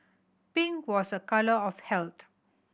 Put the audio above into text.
pink was a colour of health